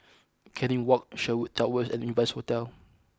Canning Walk Sherwood Towers and Evans Hostel